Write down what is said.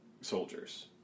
soldiers